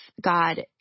God